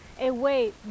away